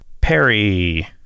perry